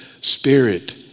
spirit